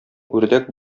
үрдәк